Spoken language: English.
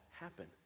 happen